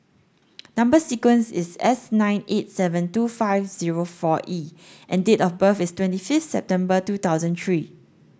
number sequence is S nine eight seven two five zero four E and date of birth is twenty fifth September two thousand three